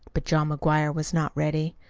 but john mcguire was not ready.